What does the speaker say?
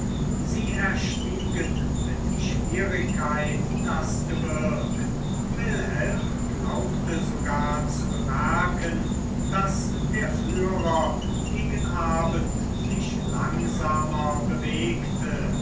sie erstiegen mit schwierigkeit das gebirg wilhelm glaubte sogar zu bemerken daß der führer gegen abend sich langsamer bewegte